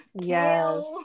Yes